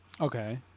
Okay